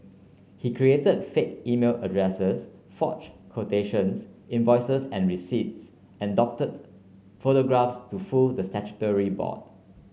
he created fake email addresses forge quotations invoices and receipts and doctored photographs to fool the statutory board